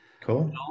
Cool